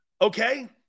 Okay